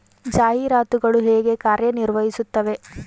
ಜಾಹೀರಾತುಗಳು ಹೇಗೆ ಕಾರ್ಯ ನಿರ್ವಹಿಸುತ್ತವೆ?